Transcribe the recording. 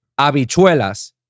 habichuelas